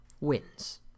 wins